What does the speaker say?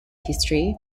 history